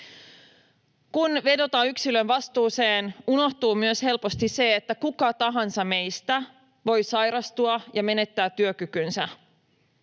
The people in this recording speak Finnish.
Kun vedotaan yksilön vastuuseen, unohtuu myös helposti, että kuka tahansa meistä voi sairastua ja menettää työkykynsä.